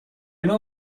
نوع